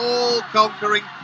All-conquering